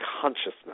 consciousness